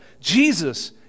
Jesus